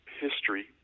history